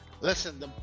Listen